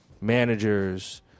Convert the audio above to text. managers